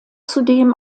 zudem